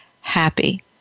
happy